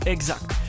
Exact